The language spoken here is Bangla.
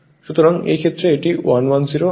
সুতরাং এই ক্ষেত্রে এটি 110 220 ভোল্ট ধরা হয়